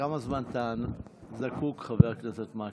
לכמה זמן אתה זקוק, חבר הכנסת מקלב?